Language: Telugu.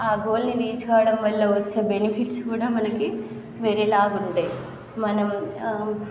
ఆ గోల్ని రీచ్ కావడం వల్ల వచ్చే బెనిఫిట్స్ కూడా మనకి వేరే లాగా ఉంటాయి మనం